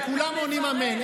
וכולם עונים אמן.